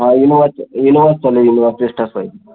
हां इनोव्हाच इनोव्हाच चालेल इनोव्हा क्रेस्टाच पाहिजे